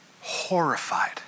horrified